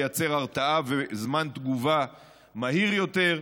לייצר התרעה וזמן תגובה מהיר יותר,